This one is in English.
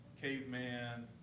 caveman